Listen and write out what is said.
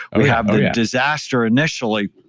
we have a disaster initially.